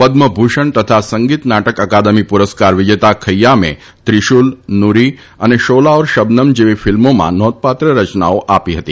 પદમભૂષણ તથા સંગીત નાટક અકાદમી પુરસ્કાર વિજેતા ખથ્યામે ત્રિશુલ નુરી અને શોલા ઔર શબનમ જેવી ફિલ્મોમાં નોંધપાત્ર રચનાઓ આપી હતી